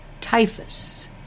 Typhus